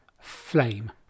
flame